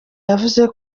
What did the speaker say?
yavuze